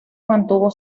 mantuvo